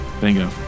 bingo